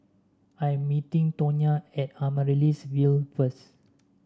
I am meeting Tonya at Amaryllis Ville first